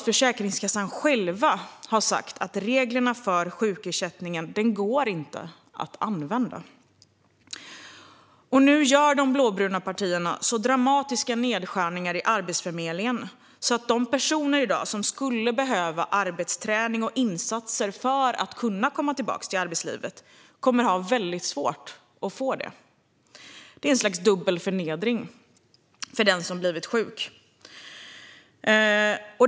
Försäkringskassan har till och med själv sagt att reglerna för sjukersättningen inte går att använda. Nu gör de blåbruna partierna så dramatiska nedskärningar på Arbetsförmedlingen att de personer som i dag skulle behöva arbetsträning och insatser för att kunna komma tillbaka till arbetslivet kommer att ha väldigt svårt att få det. Det är en slags dubbel förnedring för den som har blivit sjuk.